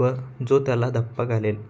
व जो त्याला धप्पा घालेल